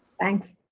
thanks.